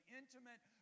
intimate